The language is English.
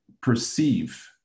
perceive